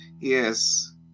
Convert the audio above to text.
Yes